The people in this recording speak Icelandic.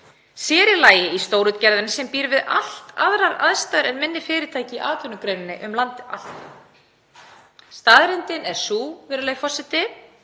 sér í lagi í stórútgerðinni sem býr við allt aðrar aðstæður en minni fyrirtæki í atvinnugreininni um land allt. Staðreyndin er sú, virðulegi forseti,